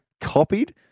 copied